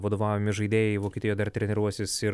vadovaujami žaidėjai vokietijoj dar treniruosis ir